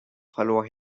verlor